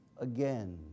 again